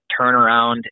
turnaround